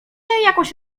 jakoś